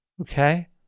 Okay